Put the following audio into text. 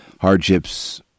hardships